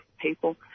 people